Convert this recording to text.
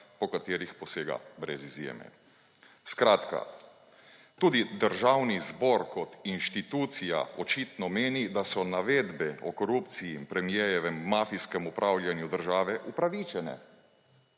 po katerih posega brez izjeme. Skratka, tudi Državni zbor kot inštitucija očitno meni, da so navedbe o korupciji in premierjevem mafijskem upravljanju države upravičene.